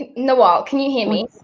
you know um can you hear me?